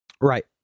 right